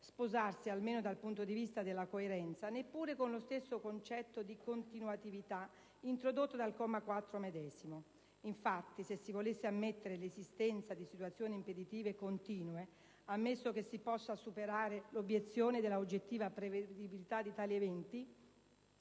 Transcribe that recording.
sposarsi, almeno dal punto di vista della coerenza, neppure con lo stesso concetto di continuatività introdotto dal comma 4 medesimo. Infatti, se si volesse ammettere l'esistenza di situazioni impeditive continue - ammesso che si possa superare l'obiezione della oggettiva prevedibilità di tali eventi